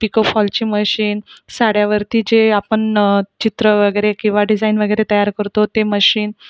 पिकोफॉलची machine साड्यावरती जे आपण चित्र वगैरे किंवा डिझाईन वगैरे तयार करतो ते मशीन